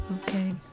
okay